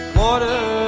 water